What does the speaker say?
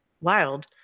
wild